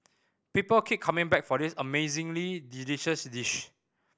people keep coming back for this amazingly delicious dish